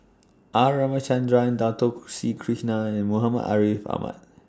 R Ramachandran Dato Sri Krishna and Muhammad Ariff Ahmad